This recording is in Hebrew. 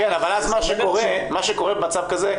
מה שקורה במצב כזה,